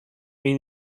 mean